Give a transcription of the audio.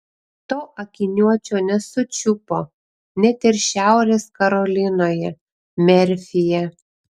to akiniuočio nesučiupo net ir šiaurės karolinoje merfyje